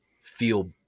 feel